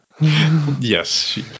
Yes